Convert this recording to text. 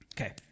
Okay